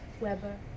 Weber